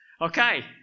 Okay